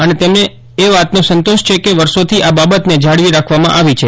અને તેમને એ વાતનો સંતોષ છે કે વર્ષોથી આ બાબતને જાળવી રાખવામાં આવી છે